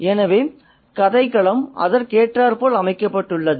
எனவே கதைக்களம் அதற்கேற்றாற் போல் அமைக்கப்பட்டுள்ளது